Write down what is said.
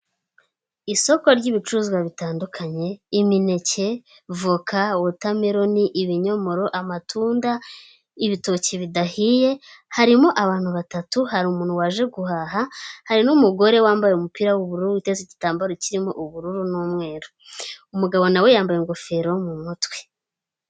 Isoko ry'ibicuruzwa bitandukanye imineke, voka, wotameloni, ibinyomoro, amatunda, ibitoki bidahiye harimo abantu batatu, hari umuntu waje guhaha, hari n'umugore wambaye umupira w'ubururu uteze igitambaro kirimo ubururu n'umweru, umugabo nawe yambaye ingofero mu mutwe.